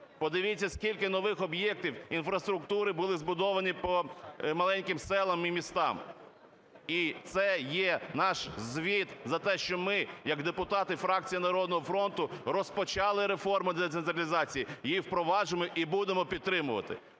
Подивіться, скільки нових об'єктів інфраструктури були збудовані по маленьким селам і містам. І це є наш звіт за те, що ми як депутати фракції "Народного фронту" розпочали реформу децентралізації, її впроваджуємо і будемо підтримувати.